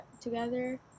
together